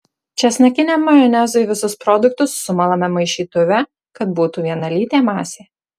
česnakiniam majonezui visus produktus sumalame maišytuve kad būtų vienalytė masė